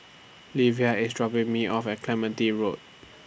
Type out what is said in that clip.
Livia IS dropping Me off At Clementi Road